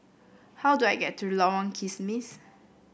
how do I get to Lorong Kismis